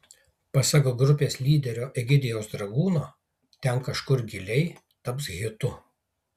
pasak grupės lyderio egidijaus dragūno ten kažkur giliai taps hitu